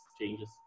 changes